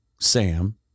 Sam